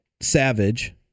Savage